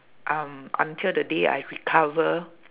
um until the day I've recover